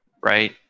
Right